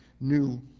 new